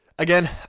Again